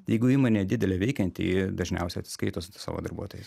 jeigu įmonė didelė veikianti dažniausiai atsiskaito su savo darbuotojais